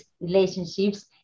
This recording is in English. relationships